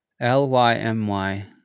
L-Y-M-Y